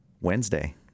Wednesday